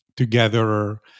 together